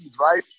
right